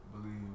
believe